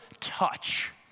touch